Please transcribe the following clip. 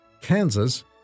Kansas